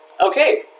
Okay